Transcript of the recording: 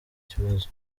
kibazo